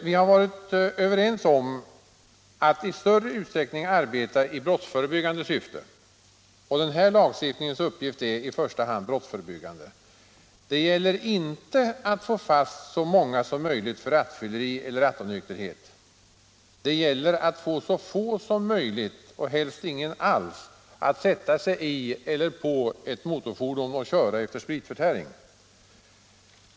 Vi har varit överens om att i större utsträckning arbeta i brottsförebyggande syfte, och den här lagstiftningens uppgift är i första hand brottsförebyggande. Det gäller inte att få fast så många som möjligt för rattfylleri eller rattonykterhet. Det gäller att få så få som möjligt — helst ingen alls — att sätta sig i eller på ett motorfordon och köra efter spritförtäring.